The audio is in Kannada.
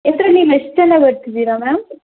ಎತ್ರ ನೀವು ಎಷ್ಟು ಜನ ಬರ್ತಿದ್ದೀರ ಮ್ಯಾಮ್